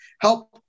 help